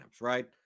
right